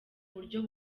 buryo